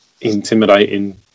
intimidating